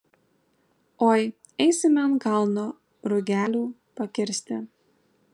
oi eisime ant kalno rugelių pakirsti